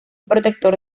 protector